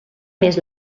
més